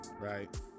right